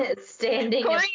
standing